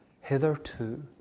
hitherto